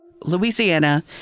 Louisiana